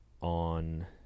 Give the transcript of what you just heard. on